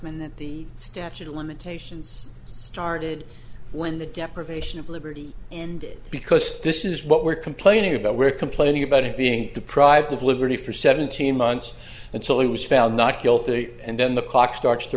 flaxman that the statute of limitations started when the deprivation of liberty and because this is what we're complaining about we're complaining about it being deprived of liberty for seventeen months until he was found not guilty and then the clock starts to